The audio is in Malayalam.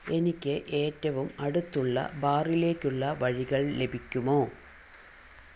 എനിക്ക് ഏറ്റവും അടുത്തുള്ള ബാറിലേക്കുള്ള വഴികൾ ലഭിക്കുമോ